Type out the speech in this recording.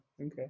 okay